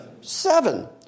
Seven